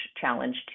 challenge